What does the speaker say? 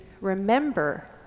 remember